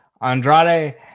Andrade